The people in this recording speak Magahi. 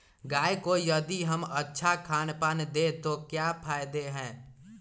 गाय को यदि हम अच्छा खानपान दें तो क्या फायदे हैं?